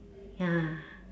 ya